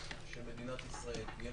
מדינת ישראל תהיה